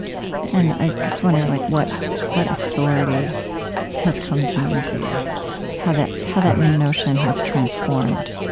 and i just wonder like what what authority has come to mean to you how that how that notion has transformed